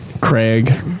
Craig